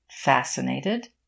fascinated